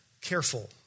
careful